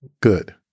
good